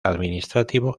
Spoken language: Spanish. administrativo